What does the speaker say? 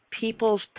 people's